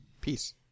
Peace